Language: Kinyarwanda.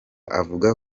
avuga